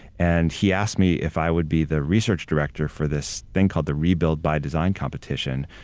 and he asked me if i would be the research director for this thing called the rebuilt by design competition,